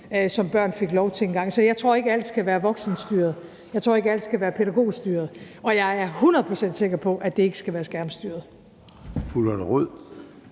som børn fik lov til en gang. Så jeg tror ikke, alt skal være voksenstyret, jeg tror ikke, alt skal være pædagogstyret, og jeg er hundrede procent sikker på, at det ikke skal være skærmstyret.